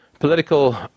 Political